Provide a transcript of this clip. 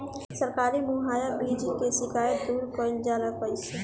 सरकारी मुहैया बीज के शिकायत दूर कईल जाला कईसे?